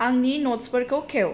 आंनि नत्सफोरखौ खेव